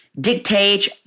dictate